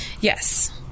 Yes